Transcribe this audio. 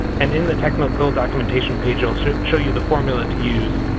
and in the technical documentation page it'll show you the formula to use.